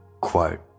quote